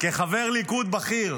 תרשום אותי,